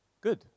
good